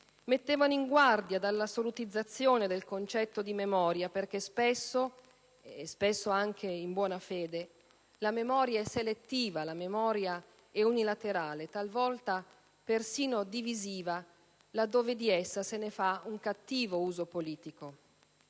mettevano in guardia dall'assolutizzazione del concetto di memoria perché spesso - spesso anche in buona fede - la memoria è selettiva, è unilaterale, talvolta persino divisiva laddove di essa se ne fa un cattivo uso politico.